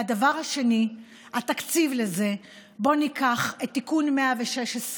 והדבר השני, התקציב לזה: בואו ניקח את תיקון 116,